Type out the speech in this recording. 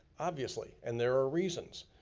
obviously, and there are reasons.